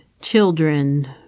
children